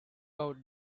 out